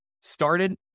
started